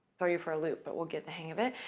throw you for a loop, but we'll get the hang of it.